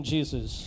Jesus